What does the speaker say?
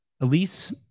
Elise